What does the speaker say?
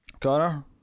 Connor